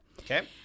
Okay